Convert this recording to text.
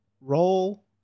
roll